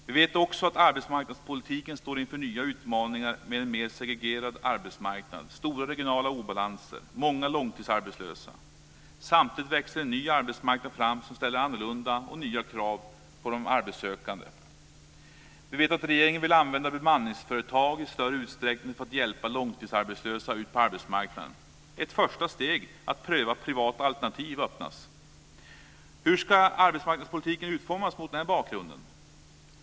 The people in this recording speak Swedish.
Vi vet också att arbetsmarknadspolitiken står inför nya utmaningar med en mer segregerad arbetsmarknad, stora regionala obalanser, många långtidsarbetslösa. Samtidigt växer en ny arbetsmarknad fram som ställer nya och annorlunda krav på de arbetssökande. Vi vet att regeringen vill använda bemanningsföretag i större utsträckning för att hjälpa de långtidsarbetslösa ut på arbetsmarknaden. Ett första steg att pröva privata alternativ öppnas. Hur ska arbetsmarknadspolitiken utformas mot den bakgrunden?